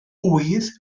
ŵydd